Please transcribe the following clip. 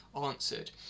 answered